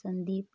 Sandeep